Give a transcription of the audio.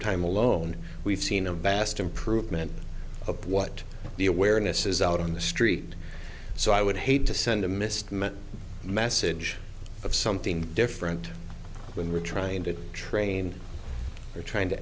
time alone we've seen a vast improvement of what the awareness is out on the street so i would hate to send a missed him a message of something different when we're trying to train or trying to